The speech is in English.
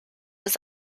was